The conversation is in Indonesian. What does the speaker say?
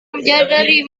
menyadari